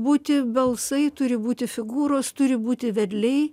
būti balsai turi būti figūros turi būti vedliai